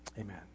Amen